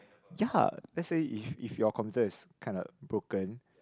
ya let's say if if your computer is kinda broken